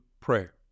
prayer